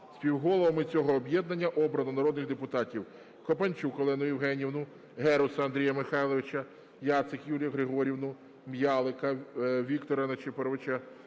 Співголовами цього об'єднання обрано народних депутатів Копанчук Олену Євгенівну, Геруса Андрія Михайловича, Яцик Юлію Григорівну, М'ялика Віктора Нечипоровича,